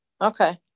okay